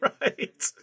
Right